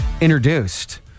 introduced